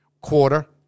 Quarter